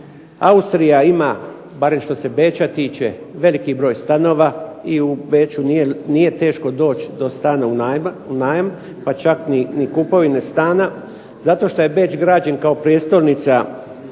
Austrija ima barem što se Beča tiče veliki broj stanova i u Beču nije teško doći do stana u najam, pa čak ni kupovine stana, zato što je Beč građen kao prijestolnica